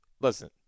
Listen